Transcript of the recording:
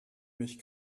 mich